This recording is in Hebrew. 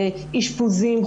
אשפוזים,